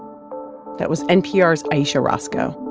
that was npr's ayesha rascoe